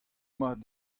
mat